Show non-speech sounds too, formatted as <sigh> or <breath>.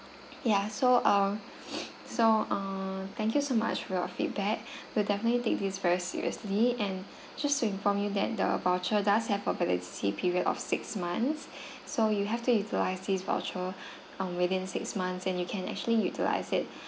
ya so err <noise> so err thank you so much for your feedback <breath> we'll definitely take this very seriously and just to inform you that the voucher does have a validity period of six months <breath> so you have to utilise this voucher um within six months and you can actually utilize it